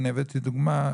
ואני הבאתי דוגמה,